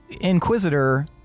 Inquisitor